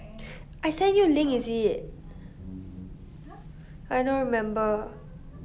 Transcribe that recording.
I send you link is it I don't remember